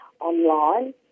online